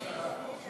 יש שרה פה.